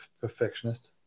perfectionist